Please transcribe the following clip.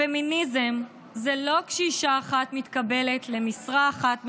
פמיניזם זה לא כשאישה אחת מתקבלת למשרה אחת מסוימת,